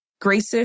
gracious